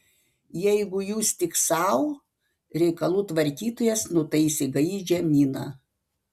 jeigu jūs tik sau reikalų tvarkytojas nutaisė gaižią miną